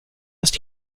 ist